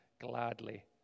gladly